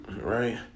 right